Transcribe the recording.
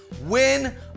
win